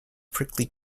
prickly